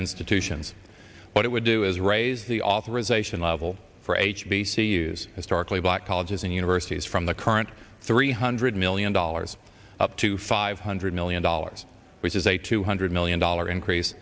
institutions but it would do is raise the authorization level for h b c u's historically black colleges and universities from the current three hundred million dollars up to five hundred million dollars which is a two hundred million dollar increase